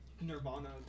Nirvana